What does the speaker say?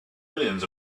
millions